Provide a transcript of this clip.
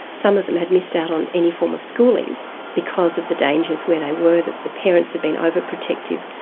some of them had missed out on any form of schooling because of the dangers where they were, that the parents had been over-protective,